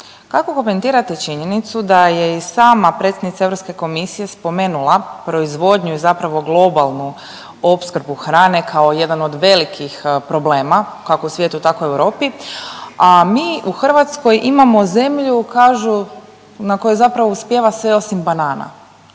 Kako komentirate činjenicu da je i sama predsjednica Europske komisije spomenula proizvodnju i zapravo globalnu opskrbu hrane kao jedan od velikih problema kako u svijetu, tako i u Europi, a mi u Hrvatskoj imamo zemlju kažu na kojoj zapravo uspijeva sve osim banana